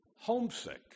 homesick